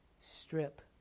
strip